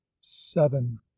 seven